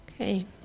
Okay